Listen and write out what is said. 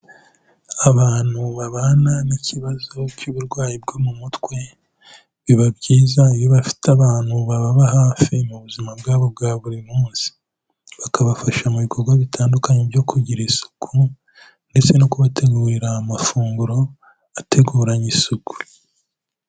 Abantu babana n'ikibazo cy'uburwayi bwo mu mutwe, biba byiza iyo bafite abantu bababa hafi mu buzima bwabo bwa buri munsi, bakabafasha mu bikorwa bitandukanye byo kugira isuku ndetse no kubategurira amafunguro ateguranye isuku.